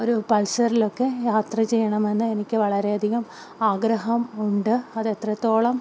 ഒരു പൾസറിലൊക്കെ യാത്ര ചെയ്യണമെന്ന് എനിക്ക് വളരെയധികം ആഗ്രഹം ഉണ്ട് അത് എത്രത്തോളം